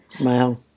Wow